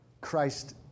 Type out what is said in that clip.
Christ